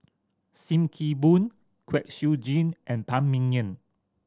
Sim Kee Boon Kwek Siew Jin and Phan Ming Yen